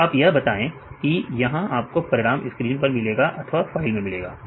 तो आप यह बताएं की यहां आपको परिणाम स्क्रीन पर मिलेगा अथवा फाइल में मिलेगा